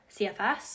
cfs